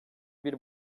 bir